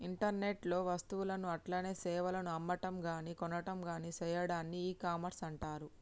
internet లో వస్తువులను అట్లనే సేవలను అమ్మటంగాని కొనటంగాని సెయ్యాడాన్ని ఇకామర్స్ అంటర్